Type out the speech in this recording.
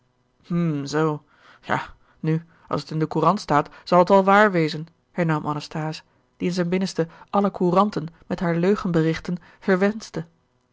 hm zoo ja nu als het in de courant staat zal t wel waar wezen hernam anasthase die in zijn binnenste alle couranten met haar leugen berichten verwenschte